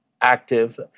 active